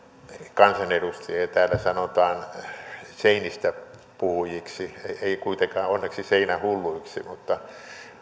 kansanedustajia täällä sanotaan seinistä puhujiksi ei kuitenkaan onneksi seinähulluiksi mutta